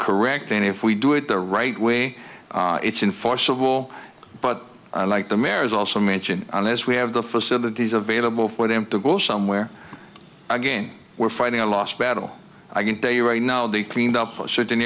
correct and if we do it the right way it's in forcible but i like the mare's also mention unless we have the facilities available for them to go somewhere again we're fighting a lost battle i can tell you right now the cleaned up of certain